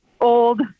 old